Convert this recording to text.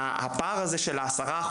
הפער של 10%,